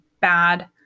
bad